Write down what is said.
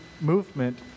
movement